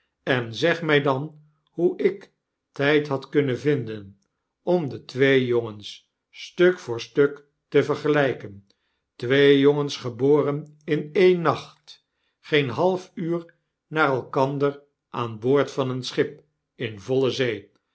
en zeg my dan hoe ik tyd had kunnen vinden om de twee jongens stuk voor stuk te vergelyken twee jongens geboren in een nacht geen half uur na elkander aan boord van een schip in voile zee